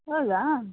ಹೌದಾ